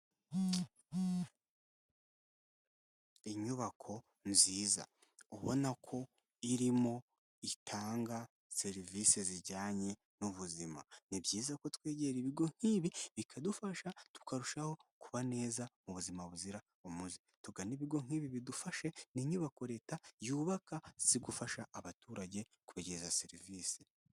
Inyubako nziza, ubona ko irimo itanga serivisi zijyanye n'ubuzima, ni byiza ko twegera ibigo nk'ibi bikadufasha tukarushaho kuba neza mu buzima buzira umuze. Tugane ibigo nk'ibi bidufashe, ni inyubako Leta yubaka zo gufasha abaturage kubegereza serivisi.